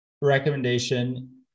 recommendation